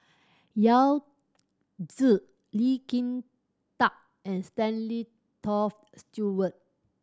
Yao Zi Lee Kin Tat and Stanley Toft Stewart